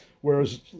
Whereas